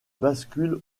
bascule